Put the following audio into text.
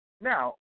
Now